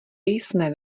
jsme